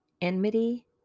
enmity